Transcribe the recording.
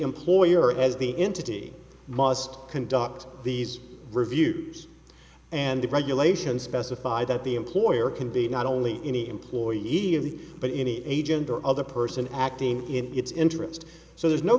employer as the entity must conduct these reviews and the regulations specify that the employer can be not only any employee of the but any agent or other person acting in its interest so there's no